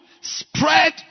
spread